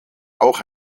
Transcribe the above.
auch